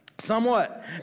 Somewhat